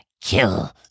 kill